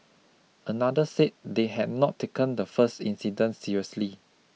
another said they had not taken the first incident seriously